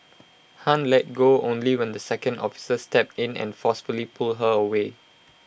han let go only when the second officer stepped in and forcefully pulled her away